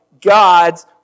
God's